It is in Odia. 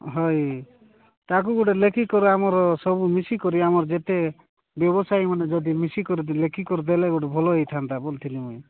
ହଁ ତାକୁ ଗୋଟେ ଲେଖିକି ଆମର ସବୁ ମିଶିକରି ଆମର ଯେତେ ବ୍ୟବସାୟୀ ମାନେ ଯଦି ମିଶିକି ଲେଖିକି ଦେଲେ ଗୋଟେ ଭଲ ହୋଇଥାନ୍ତା କହୁଥିଲି ମୁଁ